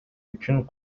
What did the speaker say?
үчүн